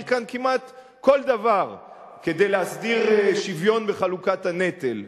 כאן כמעט כל דבר כדי להסדיר שוויון בחלוקת הנטל,